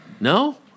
No